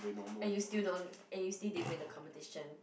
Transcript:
and you still don't and you still didn't win the competition